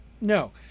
no